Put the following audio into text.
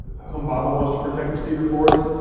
humbaba wants to protect the cedar forest,